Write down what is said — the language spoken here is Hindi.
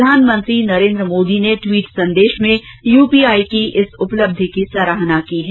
प्रधानमंत्री नरेन्द्र मोदी ने ट्वीट संदेश में यू पी आई की इस उपलब्धि की सराहना की है